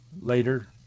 later